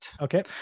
Okay